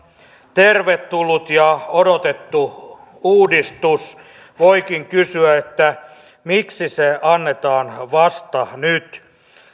tervetullut ja odotettu uudistus voikin kysyä miksi se annetaan vasta nyt